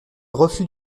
refus